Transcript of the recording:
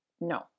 no